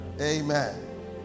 Amen